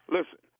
Listen